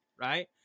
Right